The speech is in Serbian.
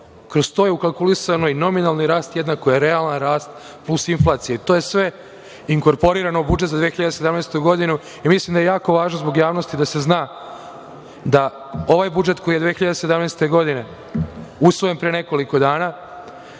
Kroz to je ukalkulisan nominalan rast jednako je realan rast plus inflacija. To je sve inkorporirano u budžet za 2017. godinu i mislim da je jako važno zbog javnosti da se zna da ovaj budžet za 2017. godinu, koji je usvojen pre nekoliko dana,